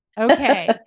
Okay